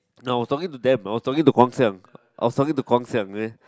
no I was talking to them I was talking to Guang-Xiang I was talking to Guang-Xiang